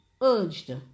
urged